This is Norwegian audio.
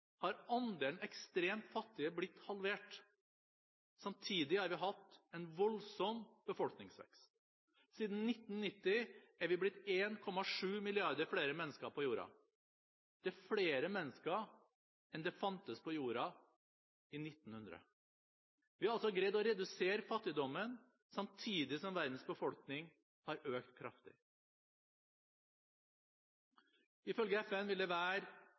har andelen ekstremt fattige blitt halvert. Samtidig har vi hatt en voldsom befolkningsvekst. Siden 1990 er vi blitt 1,7 milliarder flere mennesker på jorda. Det er flere mennesker enn det fantes på jorda i 1900. Vi har altså greid å redusere fattigdommen, samtidig som verdens befolkning har økt kraftig. Ifølge FN vil det i 2050 være